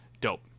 Dope